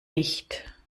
nicht